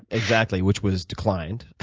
exactly, which was declined.